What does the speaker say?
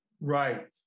Right